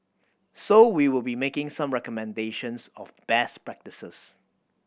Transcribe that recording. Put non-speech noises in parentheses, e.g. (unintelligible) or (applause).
so we will be making some recommendations of best (unintelligible)